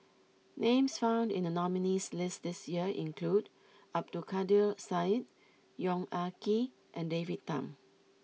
names found in the nominees' list this year include Abdul Kadir Syed Yong Ah Kee and David Tham